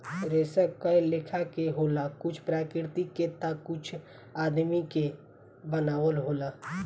रेसा कए लेखा के होला कुछ प्राकृतिक के ता कुछ आदमी के बनावल होला